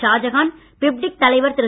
ஷாஜகான் பிப்டிக் தலைவர் திரு